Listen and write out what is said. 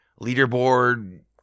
leaderboard